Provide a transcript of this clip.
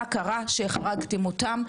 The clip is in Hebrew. מה קרה שהחרגתם אותם.